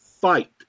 fight